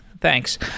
thanks